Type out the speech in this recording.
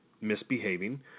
misbehaving